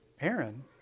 Aaron